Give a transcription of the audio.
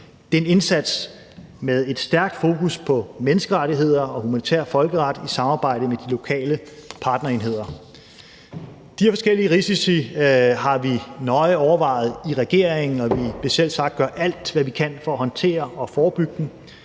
Det er en indsats med et stærkt fokus på menneskerettigheder og humanitær folkeret i samarbejde med de lokale partnerenheder. De her forskellige risici har vi nøje overvejet i regeringen, og vi vil selvsagt gøre alt, hvad vi kan, for at håndtere og forebygge dem,